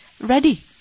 ready